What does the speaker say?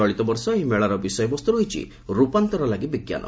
ଚଳିତ ବର୍ଷ ଏହି ମେଳାର ବିଷୟବସ୍ତୁ ରହିଛି ରୂପାନ୍ତର ଲାଗି ବିଜ୍ଞାନ